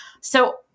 So-